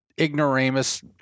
ignoramus